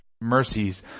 mercies